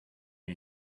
you